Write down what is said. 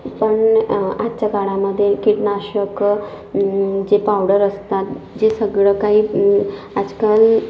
पण आजच्या काळामध्ये कीटकनाशक जे पावडर असतात जे सगळं काही आजकाल